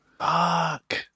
Fuck